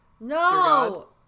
No